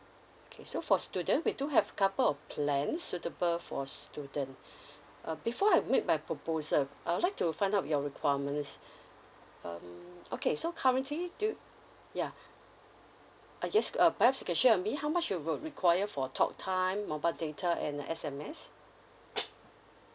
okay so for students we do have couple of plans suitable for student uh before I make my propose I would like to find out your requirements um okay so currently do ya uh yes err perhaps you can share with me how much you will require for talk time mobile data and uh S_M_S